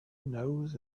knows